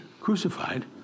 crucified